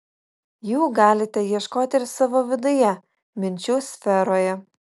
jų galite ieškoti ir savo viduje minčių sferoje